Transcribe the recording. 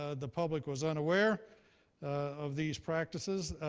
ah the public was unaware of these practices.